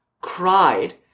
cried